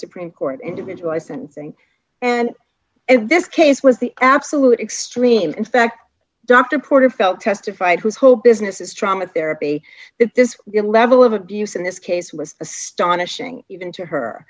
supreme court individual i sentencing and in this case was the absolute extreme in fact dr porter felt testified whose whole business is trauma therapy that this the level of abuse in this case was astonishing even to her